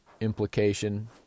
Implication